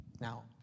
Now